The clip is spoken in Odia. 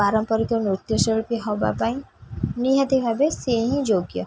ପାରମ୍ପରିକ ନୃତ୍ୟଶିଳ୍ପୀ ହବା ପାଇଁ ନିହାତି ଭାବେ ସିଏ ହିଁ ଯୋଗ୍ୟ